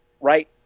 right